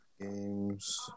Games